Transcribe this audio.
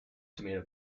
tomato